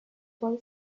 boy